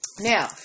Now